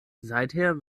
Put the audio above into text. seither